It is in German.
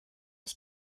ich